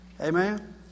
amen